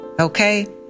okay